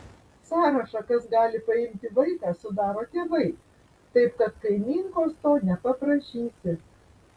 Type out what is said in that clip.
sąrašą kas gali paimti vaiką sudaro tėvai taip kad kaimynkos to nepaprašysi